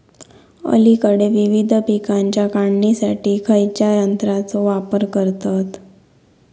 अलीकडे विविध पीकांच्या काढणीसाठी खयाच्या यंत्राचो वापर करतत?